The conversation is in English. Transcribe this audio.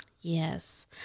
Yes